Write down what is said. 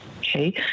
okay